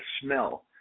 smell